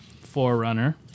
Forerunner